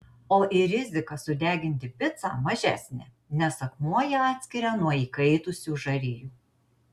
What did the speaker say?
o ir rizika sudeginti picą mažesnė nes akmuo ją atskiria nuo įkaitusių žarijų